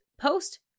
post